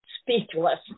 speechless